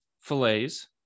fillets